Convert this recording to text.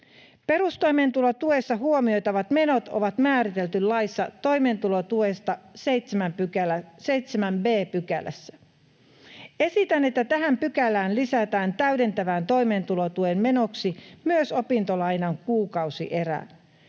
Perustoimeentulotuessa huomioitavat menot on määritelty laissa toimeentulotuesta 7 b §:ssä. Esitän, että tähän pykälään lisätään täydentävän toimeentulotuen menoksi myös opintolainan kuukausierä.